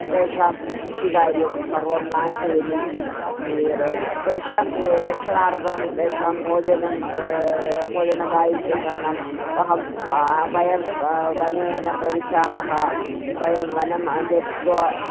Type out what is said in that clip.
तेषां कृषिकार्यं सर्वं नाशयन्ति इति करोति तेषां रक्षणार्थं तेषां भोजनं भोजनदायित्वं करणं वयं वा वयं वा वने न प्रविशामः वयं वनम् आगत्वा